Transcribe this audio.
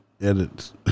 edits